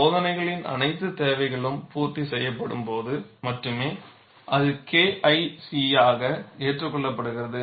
சோதனைகளின் அனைத்து தேவைகளும் பூர்த்தி செய்யப்படும்போது மட்டுமே அது KIC ஆக ஏற்றுக்கொள்ளப்படுகிறது